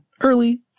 early